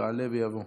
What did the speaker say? יעלה ויבוא.